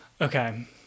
Okay